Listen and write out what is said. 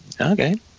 okay